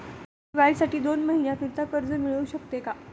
दिवाळीसाठी दोन महिन्याकरिता कर्ज मिळू शकते का?